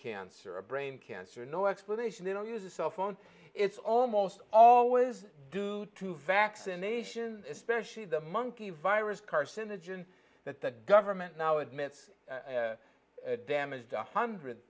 cancer a brain cancer no explanation they don't use a cell phone it's almost all was due to vaccination especially the monkey virus carcinogen that the government now admits damaged one hundred